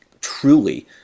truly